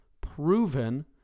proven